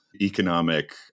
economic